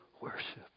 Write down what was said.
worship